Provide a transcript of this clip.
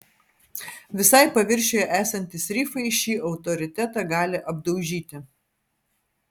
visai paviršiuje esantys rifai šį autoritetą gali apdaužyti